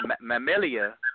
mammalia